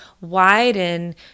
widen